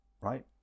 right